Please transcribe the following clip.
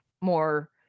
more